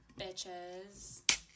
bitches